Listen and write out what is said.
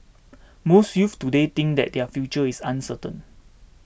most youths today think that their future is uncertain